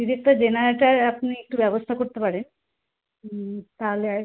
যদি একটা জেনারেটারের আপনি একটু ব্যবস্থা করতে পারেন তাহলে